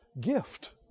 gift